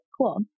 cool